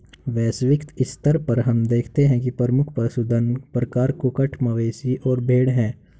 वैश्विक स्तर पर हम देखते हैं कि प्रमुख पशुधन प्रकार कुक्कुट, मवेशी और भेड़ हैं